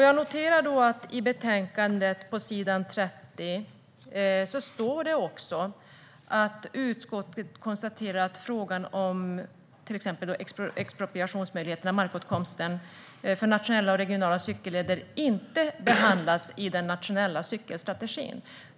Jag noterar då att det i betänkandet på s. 30 står att utskottet konstaterar att frågan om till exempel expropriationsmöjligheter - markåtkomsten - för nationella och regionala cykelleder inte behandlas i den nationella cykelstrategin.